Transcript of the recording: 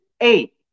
eight